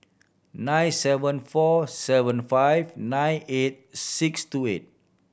nine seven four seven five nine eight six two eight